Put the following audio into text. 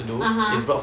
(uh huh)